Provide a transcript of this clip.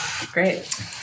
Great